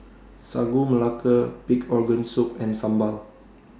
Sagu Melaka Pig Organ Soup and Sambal